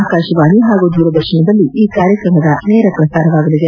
ಆಕಾಶವಾಣಿ ಹಾಗೂ ದೂರದರ್ಶನದಲ್ಲಿ ಈ ಕಾರ್ಯಕ್ರಮದ ನೇರಪ್ರಸಾರವಾಗಲಿದೆ